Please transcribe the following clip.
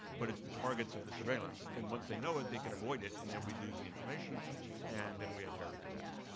but it's the targets of the surveillance. and once they know it, they can avoid it, and then we lose the information and then we have terrorist attacks.